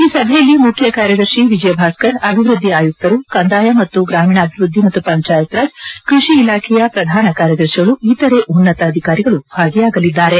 ಈ ಸಭೆಯಲ್ಲಿ ಮುಖ್ಯ ಕಾರ್ಯದರ್ಶಿ ವಿಜಯಭಾಸ್ಕರ್ ಅಭಿವ್ನದ್ದಿ ಆಯುಕ್ತರು ಕಂದಾಯ ಮತ್ತು ಗ್ರಾಮೀಣಾಧಿವ್ವದ್ದಿ ಮತ್ತು ಪಂಚಾಯತ್ ರಾಜ್ ಕೃಷಿ ಇಲಾಖೆಯ ಪ್ರಧಾನ ಕಾರ್ಯದರ್ಶಿಗಳು ಇತರೆ ಉನ್ನತ ಅಧಿಕಾರಿಗಳು ಭಾಗಿಯಾಗಲಿದ್ದಾರೆ